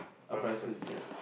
a primary school teacher